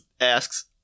asks